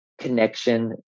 connection